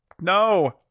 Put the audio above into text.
no